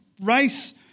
race